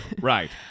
Right